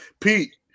Pete